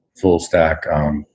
full-stack